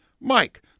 Mike